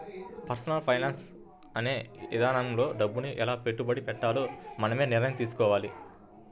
personal finance అనే ఇదానంలో డబ్బుని ఎలా పెట్టుబడి పెట్టాలో మనమే నిర్ణయం తీసుకోవాలి